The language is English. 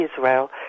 Israel